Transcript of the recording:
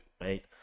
right